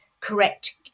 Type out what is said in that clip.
correct